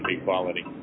equality